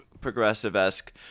progressive-esque